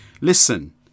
Listen